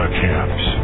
camps